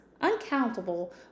uncountable